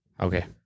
Okay